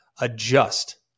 adjust